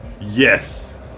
Yes